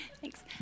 Thanks